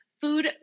Food